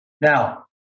Now